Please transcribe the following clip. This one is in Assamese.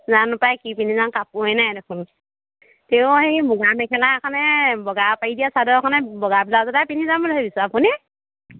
জানো পাই কি পিন্ধি যাওঁ কাপোৰে নাই দেখোন তেওঁ এই মুগা মেখেলা এখনে বগা পাৰি দিয়া চাদৰ এখনে বগা ব্লাউজ এটাই পিন্ধি যাম বুলি ভাবিছোঁ আপুনি